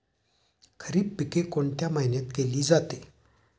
खरीप पिके कोणत्या महिन्यात केली जाते?